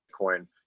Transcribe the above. Bitcoin